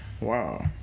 wow